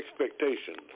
expectations